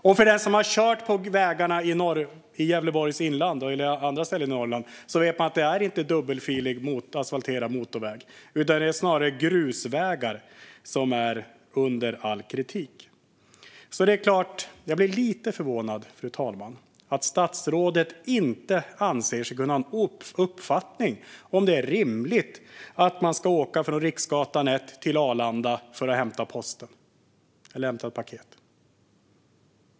Och den som har kört på vägarna i Gävleborgs inland eller andra ställen i Norrland vet att det inte är dubbelfilig, asfalterad motorväg, utan det är snarare grusvägar som är under all kritik. Det är klart att jag blev lite förvånad, fru talman, att statsrådet inte anser sig kunna ha en uppfattning om det är rimligt att man ska åka från Riksgatan 1 till Arlanda för att hämta post eller paket.